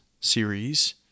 series